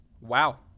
Wow